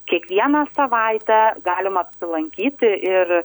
kiekvieną savaitę galima apsilankyti ir